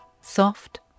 soft